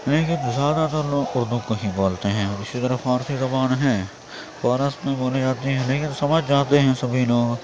لیکن زیادہ تر لوگ اردو کو ہی بولتے ہیں اور اسی طرح فارسی زبان ہے فارس میں بولی جاتی ہے لیکن سمجھ جاتے ہیں سبھی لوگ